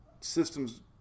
systems